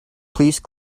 please